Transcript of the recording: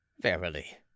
Verily